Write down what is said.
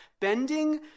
bending